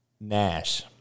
Nash